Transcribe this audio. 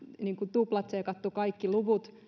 tuplatsekanneet kaikki luvut